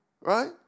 right